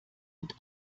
und